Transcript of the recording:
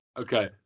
Okay